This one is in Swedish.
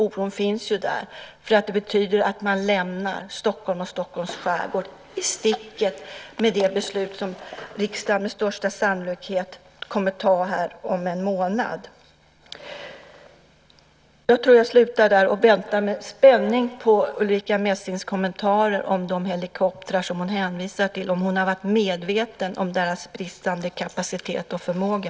Oron finns där, för det betyder att man lämnar Stockholm och Stockholms skärgård i sticket med det beslut som riksdagen med största sannolikhet kommer att ta här om en månad. Jag slutar där. Jag väntar med spänning på Ulrica Messings kommentarer om de helikoptrar som hon hänvisar till och om hon har varit medveten om deras bristande kapacitet och förmåga.